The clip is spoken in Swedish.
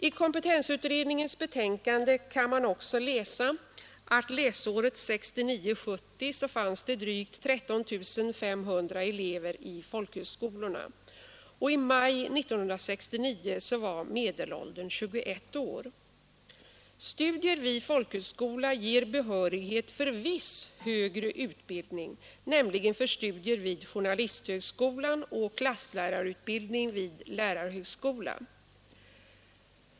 I kompetensutredningens betänkande kan man läsa bl.a. att läsåret 1969/70 fanns drygt 13 500 elever i folkhögskolorna. I maj 1969 var medelåldern 21 år. Studier vid folkhögskola ger behörighet för viss högre utbildning, nämligen för studier vid journalisthögskola och klasslärarutbildning vid lärarhögskola.